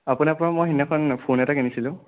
আপোনাৰ পৰা মই সিদিনাখন ফ'ন এটা কিনিছিলোঁ